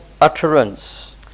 utterance